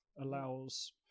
allows